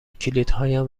کلیدهایم